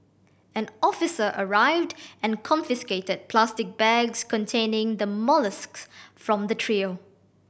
an officer arrived and confiscated plastic bags containing the molluscs from the trio